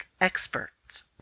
experts